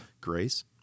Grace